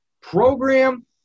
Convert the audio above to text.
program